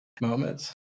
moments